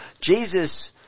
Jesus